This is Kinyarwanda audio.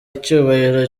icyubahiro